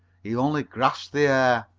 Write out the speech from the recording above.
he only grasped the air.